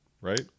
right